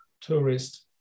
tourist